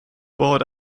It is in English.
bored